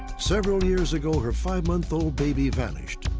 several years ago, her five-month-old baby vanished.